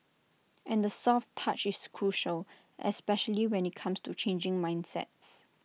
and the soft touch is crucial especially when IT comes to changing mindsets